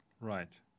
Right